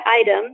item